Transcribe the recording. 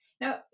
Now